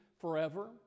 forever